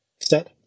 Set